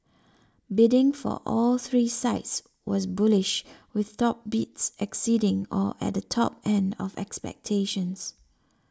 bidding for all three sites was bullish with top bids exceeding or at the top end of expectations